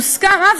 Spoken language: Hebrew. הוסכם אז,